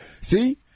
See